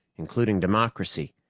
including democracy.